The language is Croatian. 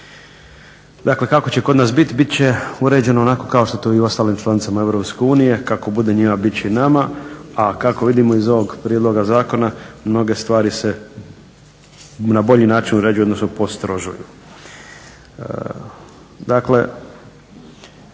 Dakle kako će kod nas biti? Biti će uređeno onako kao što je to i u ostalim članicama EU. Kako bude njima, bit će i nama. A kako vidimo iz ovog prijedloga zakona mnoge stvari se na bolji način uređuju odnosno postrožuju. Dakle